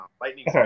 lightning